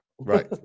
right